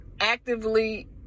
actively